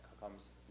comes